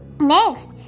Next